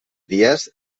dies